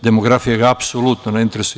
Demografija ih apsolutno ne interesuje.